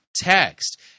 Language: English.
text